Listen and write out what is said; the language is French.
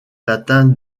atteint